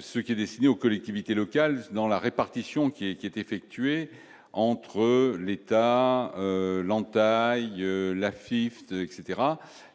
ce qui est destiné aux collectivités locales dans la répartition qui est qui est effectué entre l'État, l'entaille la Fifth etc,